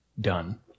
Done